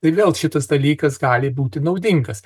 tai vėl šitas dalykas gali būti naudingas